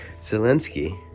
Zelensky